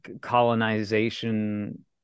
colonization